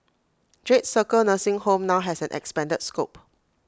jade circle nursing home now has an expanded scope